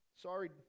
Sorry